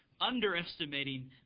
underestimating